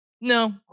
No